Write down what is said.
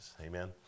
amen